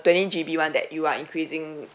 twenty G_B [one] that you are increasing